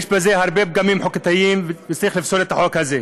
יש בזה הרבה פגמים חוקתיים וצריך לפסול את החוק הזה.